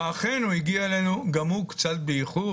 ואכן הוא הגיע אלינו קצת באיחור.